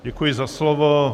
Děkuji za slovo.